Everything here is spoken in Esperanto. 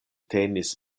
tenis